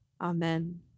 amen